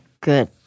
good